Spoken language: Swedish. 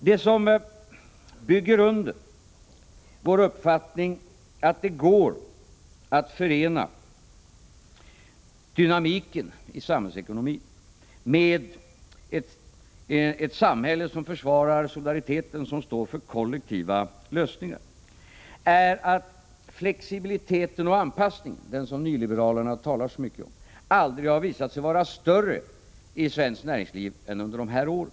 Det som stöder vår uppfattning att det går att förena dynamiken i samhällsekonomin med ett samhälle som försvarar solidariteten och som står för kollektiva lösningar är att flexibiliteten och anpassningen, den som nyliberalerna talar så mycket om, aldrig har visat sig större i svenskt näringsliv än under de senaste åren.